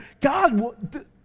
God